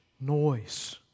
noise